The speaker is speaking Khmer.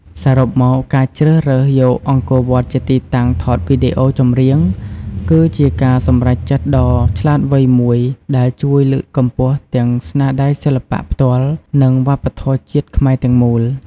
សរុបមក ការជ្រើសរើសយកអង្គរវត្តជាទីតាំងថតវីដេអូចម្រៀង គឺជាការសម្រេចចិត្តដ៏ឆ្លាតវៃមួយដែលជួយលើកកម្ពស់ទាំងស្នាដៃសិល្បៈផ្ទាល់ និងវប្បធម៌ជាតិខ្មែរទាំងមូល។